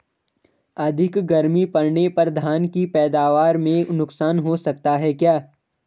अधिक गर्मी पड़ने पर धान की पैदावार में नुकसान हो सकता है क्या?